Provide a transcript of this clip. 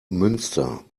münster